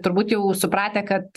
turbūt jau supratę kad